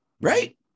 Right